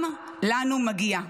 גם לנו מגיע.